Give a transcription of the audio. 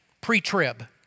pre-trib